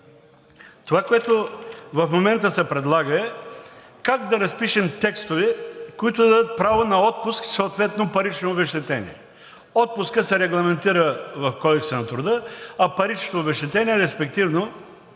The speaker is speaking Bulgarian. това, което в момента се предлага, е как да разпишем текстове, които да дадат право на отпуск, съответно парично обезщетение. Отпускът се регламентира в Кодекса на труда, а паричното обезщетение респективно